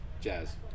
jazz